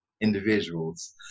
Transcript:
individuals